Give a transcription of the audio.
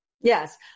yes